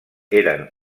eren